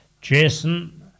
Jason